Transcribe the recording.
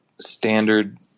standard